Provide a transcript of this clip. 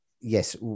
yes